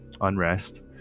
unrest